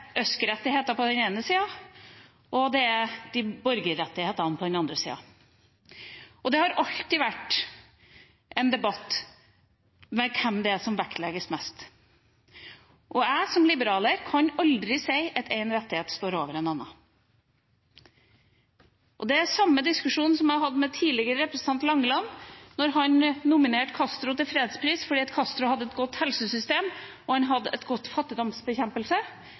ØSK-rettigheter på den ene sida og borgerrettighetene på den andre sida. Det har alltid vært en debatt om hvilke som vektlegges mest. Jeg, som liberaler, kan aldri si at en rettighet står over en annen. Det er samme diskusjon som jeg hadde med tidligere representant Langeland da han nominerte Castro til fredsprisen fordi Castro hadde et godt helsesystem og en god fattigdomsbekjempelse.